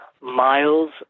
miles